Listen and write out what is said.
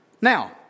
Now